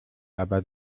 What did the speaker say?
aber